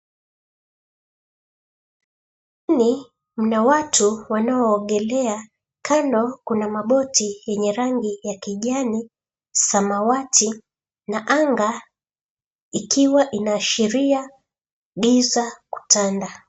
Mna watu wanaoogelea kando kuna maboti ya kijani, samawati na anga ikiwa inaashiria giza kutanda.